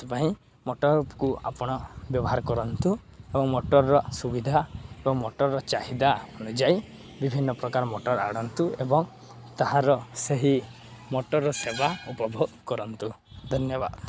ସେଥିପାଇଁ ମଟର୍କୁ ଆପଣ ବ୍ୟବହାର କରନ୍ତୁ ଏବଂ ମଟର୍ର ସୁବିଧା ଏବଂ ମଟର୍ର ଚାହିଦା ଅନୁଯାୟୀ ବିଭିନ୍ନପ୍ରକାର ମଟର୍ ଆଣନ୍ତୁ ଏବଂ ତାହାର ସେହି ମଟର୍ର ସେବା ଉପଭୋଗ କରନ୍ତୁ ଧନ୍ୟବାଦ